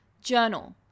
Journal